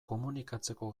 komunikatzeko